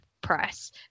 press